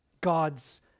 God's